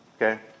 Okay